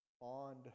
bond